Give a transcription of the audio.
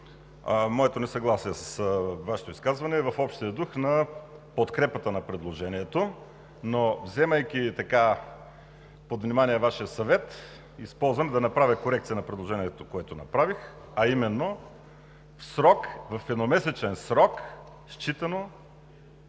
моето несъгласие с Вашето изказване е в общия дух на подкрепата на предложението, но, вземайки под внимание Вашия съвет, използвам да направя корекция на предложението, което направих, а именно: „в едномесечен срок, считано